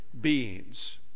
beings